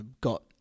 got